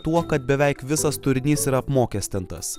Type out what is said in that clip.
tuo kad beveik visas turinys yra apmokestintas